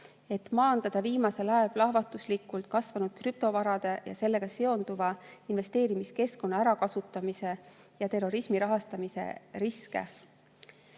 et maandada viimasel ajal plahvatuslikult kasvanud krüptovarade ja nendega seonduva investeerimiskeskkonna ärakasutamise ja terrorismi rahastamise riske.